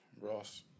Ross